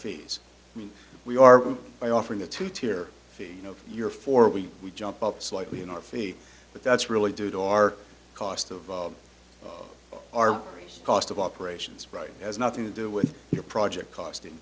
fees i mean we are by offering a two tier fee you know your four week we jump up slightly in our feet but that's really due to our cost of our race cost of operations right has nothing to do with your project cost in